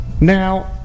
Now